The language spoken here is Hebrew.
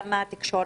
גם מהתקשורת,